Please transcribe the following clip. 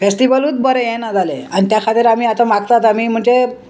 फेस्टीवलूच बरें हें ना जालें आनी त्या खातीर आमी आतां मागतात आमी म्हणजे